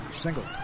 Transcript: single